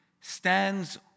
stands